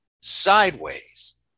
sideways